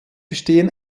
bestehen